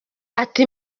ati